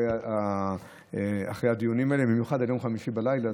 אחרי הדיונים האלה, במיוחד ביום חמישי בלילה.